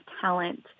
talent